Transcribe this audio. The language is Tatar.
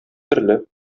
төрле